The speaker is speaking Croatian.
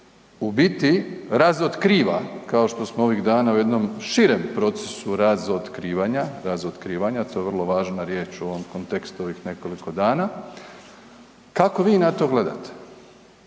u biti razotkriva kao što smo ovih dana u jednom širem procesu razotkrivanja, razotkrivanja to je vrlo važna riječ u ovom kontekstu ovih nekoliko dana, kako vi na to gledate.